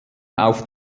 auf